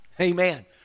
amen